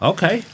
Okay